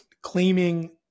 claiming